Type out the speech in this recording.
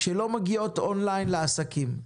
שלא מגיעות און-ליין לעסקים.